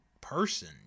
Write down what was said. person